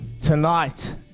tonight